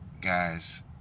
Guys